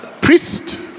priest